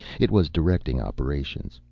it was directing operations,